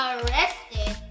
Arrested